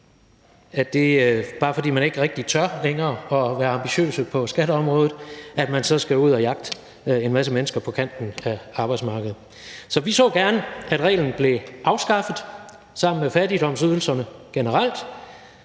ikke – bare fordi man ikke rigtig længere tør være ambitiøse på skatteområdet – betyder, at man så skal ud at jagte en masse mennesker på kanten af arbejdsmarkedet. Så vi så gerne, at reglen blev afskaffet sammen med fattigdomsydelserne generelt,